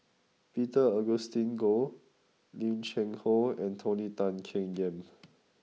Peter Augustine Goh Lim Cheng Hoe and Tony Tan Keng Yam